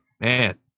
man